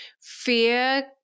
Fear